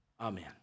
Amen